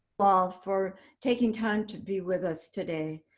well, for taking time to be with us today,